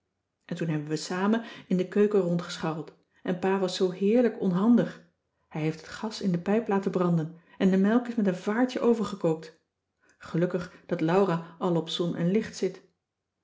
en toen hebben we samen in de keuken rondgescharreld en pa was zoo heerlijk onhandig hij heeft het gas in de pijp laten branden en de melk is met een vaartje overgekookt gelukkig dat laura al op zon en licht zit